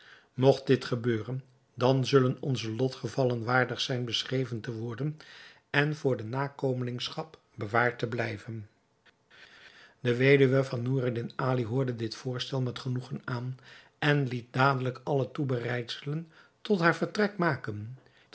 mogt dit gebeuren dan zullen onze lotgevallen waardig zijn beschreven te worden en voor de nakomelingschap bewaard te blijven de weduwe van noureddin ali hoorde dit voorstel met genoegen aan en liet dadelijk alle toebereidselen tot haar vertrek maken